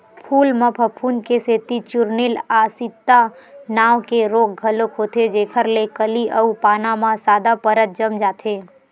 फूल म फफूंद के सेती चूर्निल आसिता नांव के रोग घलोक होथे जेखर ले कली अउ पाना म सादा परत जम जाथे